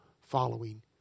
following